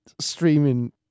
streaming